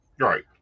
right